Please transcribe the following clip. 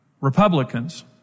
Republicans